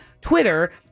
Twitter